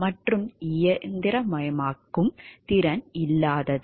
மற்றும் இயந்திரமயமாக்கும் திறன் இல்லாதது